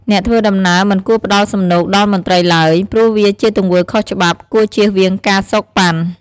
អ្នកធ្វើដំណើរមិនគួរផ្តល់សំណូកដល់មន្ត្រីឡើយ ព្រោះវាជាទង្វើខុសច្បាប់ គួរជៀសវាងការសូកប៉ាន់។